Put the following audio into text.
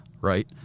right